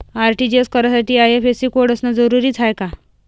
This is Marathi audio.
आर.टी.जी.एस करासाठी आय.एफ.एस.सी कोड असनं जरुरीच हाय का?